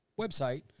website